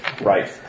Right